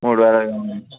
మూడు వేల ఐదు వందలా